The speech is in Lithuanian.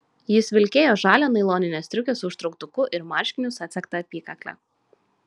jis vilkėjo žalią nailoninę striukę su užtrauktuku ir marškinius atsegta apykakle